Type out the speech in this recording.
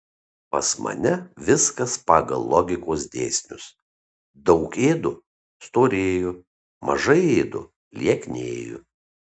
pas mane viskas pagal logikos dėsnius daug ėdu storėju mažai ėdu lieknėju